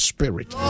Spirit